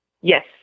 Yes